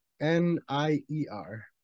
N-I-E-R